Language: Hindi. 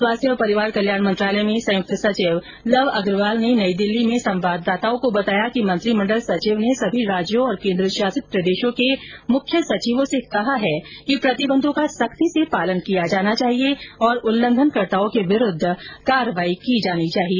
स्वास्थ्य और परिवार कल्याण मंत्रालय में संयुक्त सचिव लव अग्रवाल ने नई दिल्ली मतें संवाददाताओं को बताया कि मंत्रिमंडल सचिव ने सभी राज्यों और केन्द्र शासित प्रदेशों के मुख्य सचिवों से कहा है कि प्रतिबंधों का सख्ती से पालन किया जाना चाहिए और उल्लंघन कर्ताओं के विरूद्व कार्रवाई की जानी चाहिए